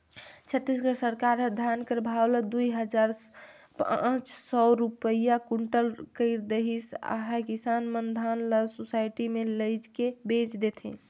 छत्तीसगढ़ सरकार ह धान कर भाव ल दुई हजार पाच सव रूपिया कुटल कइर देहिस अहे किसान मन धान ल सुसइटी मे लेइजके बेच देथे